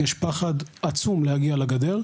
יש פחד עצום להגיע לגדר,